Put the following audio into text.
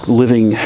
living